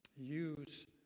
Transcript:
use